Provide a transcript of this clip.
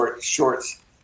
shorts